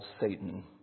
Satan